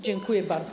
Dziękuję bardzo.